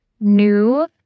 new